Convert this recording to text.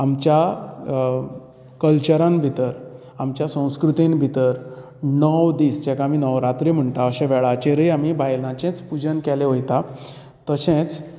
आमच्या कल्चरान भितर आमच्या संस्कृतीन भितर णव दीस जाका आमी नवरात्री म्हणटात अशें वेळाचेरुय आमी बायलांचेच पुजन केलें वयता तशेंच इतली